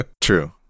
true